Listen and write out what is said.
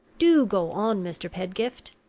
do go on, mr. pedgift!